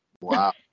Wow